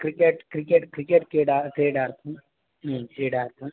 cricket cricket cricket कीडा क्रीडार्थं क्रीडार्थं